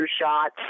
shots